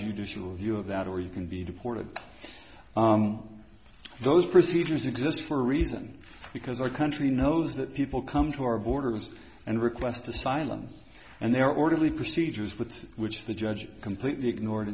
judicial review of that or you can be deported those procedures exist for a reason because our country knows that people come to our borders and request asylum and they are orderly procedures with which the judge is completely ignored